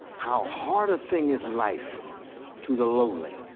how hard a thing is life to the lowly,